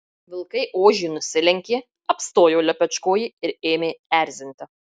vilkai ožiui nusilenkė apstojo lepečkojį ir ėmė erzinti